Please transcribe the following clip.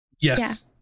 Yes